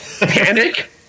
panic